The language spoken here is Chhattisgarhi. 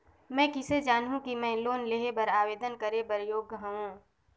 मैं किसे जानहूं कि मैं लोन लेहे बर आवेदन करे बर योग्य हंव?